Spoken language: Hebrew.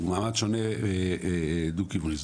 הוא מעמד שונה דו כיווני,